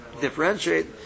differentiate